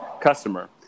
customer